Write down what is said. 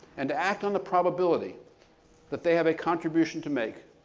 and to act on the probability that they have a contribution to make,